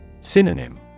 Synonym